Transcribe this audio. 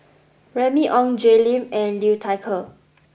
Remy Ong Jay Lim and Liu Thai Ker